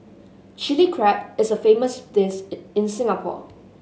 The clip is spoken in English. Chilli Crab is a famous dish in Singapore